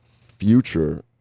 future